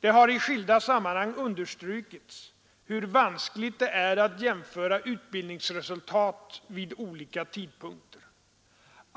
Det har i skilda sammanhang understrukits hur vanskligt det är att jämföra utbildningsresultat vid olika tidpunkter.